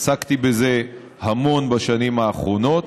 עסקתי בזה המון בשנים האחרונות,